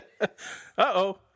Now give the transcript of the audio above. Uh-oh